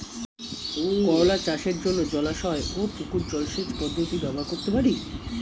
করোলা চাষের জন্য জলাশয় ও পুকুর জলসেচ পদ্ধতি ব্যবহার করতে পারি?